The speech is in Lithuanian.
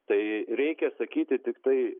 tai reikia sakyti tiktai